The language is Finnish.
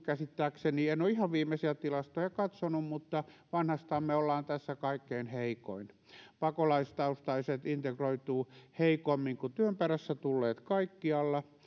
käsittääkseni en ole ihan viimeisiä tilastoja katsonut mutta vanhastaan tässä kaikkein heikoin pakolaistaustaiset integroituvat heikommin kuin työn perässä tulleet kaikkialla